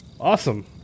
awesome